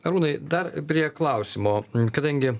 arūnai dar prie klausimo kadangi